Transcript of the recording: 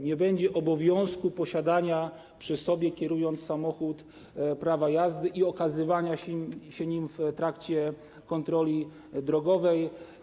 Nie będzie obowiązku posiadania przy sobie, kierując samochodem, prawa jazdy i okazywania go w trakcie kontroli drogowej.